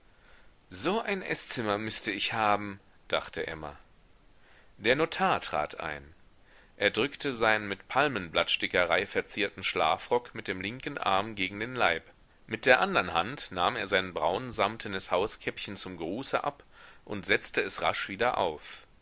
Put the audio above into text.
so ein eßzimmer müßte ich haben dachte emma der notar trat ein er drückte seinen mit palmenblattstickerei verzierten schlafrock mit dem linken arm gegen den leib mit der andern hand nahm er sein braunsamtnes hauskäppchen zum gruße ab und setzte es rasch wieder auf